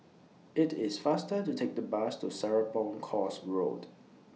IT IS faster to Take The Bus to Serapong Course Road